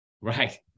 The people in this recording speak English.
Right